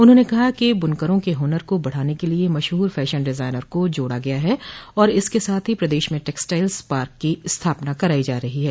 उन्होंने कहा कि ब्नकरों के हुनर को बढ़ाने के लिए मशहूर फैशन डिजायनर को जोड़ा गया है और इसके साथ ही प्रदेश में टक्सटाइल्स पार्क की स्थापना कराई जा रही है